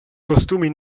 costumi